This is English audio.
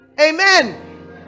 amen